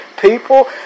people